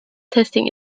testing